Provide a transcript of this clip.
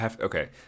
Okay